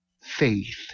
Faith